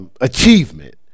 Achievement